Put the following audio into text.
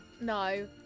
no